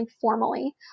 formally